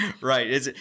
right